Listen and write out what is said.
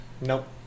Nope